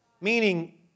Meaning